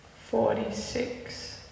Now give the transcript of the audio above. Forty-six